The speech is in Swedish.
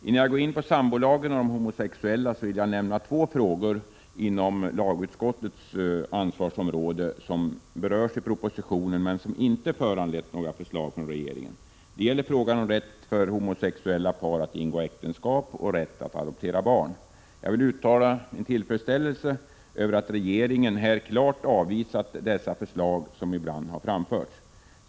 Innan jag går in på sambolagen och de homosexuella vill jag nämna två frågor inom lagutskottets ansvarsområde som berörs i propositionen men som inte föranlett några förslag från regeringen. Det gäller frågan om rätt för homosexuella par att ingå äktenskap och att adoptera barn. Jag vill uttala min tillfredsställelse över att regeringen här klart avvisat dessa förslag som ibland har framförts.